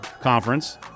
conference